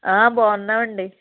బాగున్నాం అండి